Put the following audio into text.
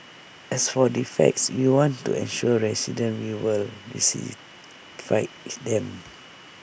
as for defects you want to assure residents we will them